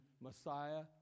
Messiah